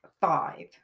five